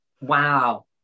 Wow